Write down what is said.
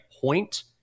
point